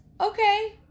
okay